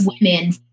women